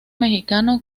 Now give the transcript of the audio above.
mexicano